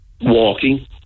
walking